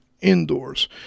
indoors